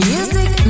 Music